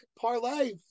parlay